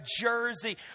jersey